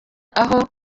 aho